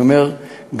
אני אומר,